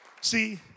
See